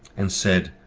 and said,